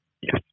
Yes